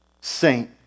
saint